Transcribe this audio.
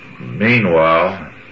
meanwhile